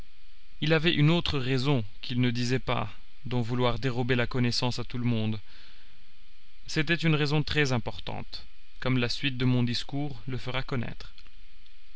il avait une autre raison qu'il ne disait pas d'en vouloir dérober la connaissance à tout le monde c'était une raison très-importante comme la suite de mon discours le fera connaître